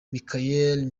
michael